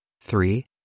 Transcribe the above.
Three